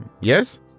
yes